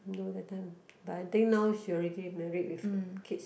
no that time but I think now she already married with kids